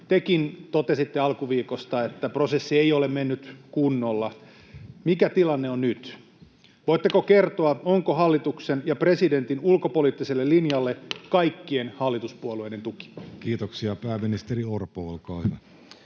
tekin totesitte alkuviikosta, että prosessi ei ole mennyt kunnolla. Mikä tilanne on nyt? Voitteko kertoa, onko hallituksen ja presidentin ulkopoliittiselle linjalle kaikkien hallituspuolueiden tuki? [Speech 8] Speaker: Jussi Halla-aho